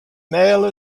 male